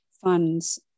funds